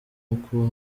uko